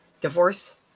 divorce